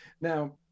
Now